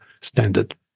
standard